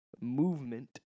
movement